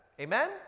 amen